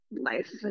life